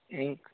ఇంకా